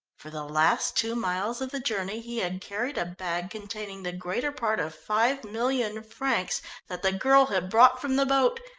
for the last two miles of the journey he had carried a bag containing the greater part of five million francs that the girl had brought from the boat.